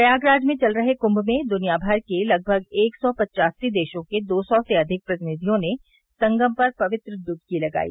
प्रयागराज में चल रहे कुंभ में दुनिया भर के लगभग एक सौ पच्चासी देशों के दो सौ से अधिक प्रतिनिधियों ने संगम पर पवित्र डुबकी लगाई